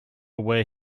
where